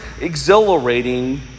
exhilarating